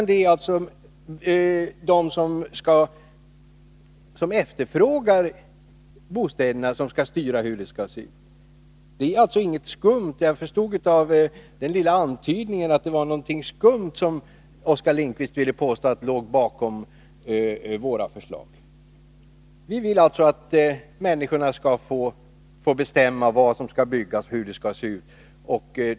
Det är de som efterfrågar bostäderna som skall styra hur de skall se ut. Det är inget skumt i detta. Jag förstod av Oskar Lindkvists lilla antydan att han ville påstå att det skulle vara något skumt som låg bakom våra förslag. Vi vill alltså att människorna skall få bestämma vad som skall byggas och hur bostäderna skall se ut.